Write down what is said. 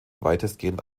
weitestgehend